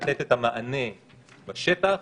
לתת את המענה לשטח,